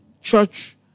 church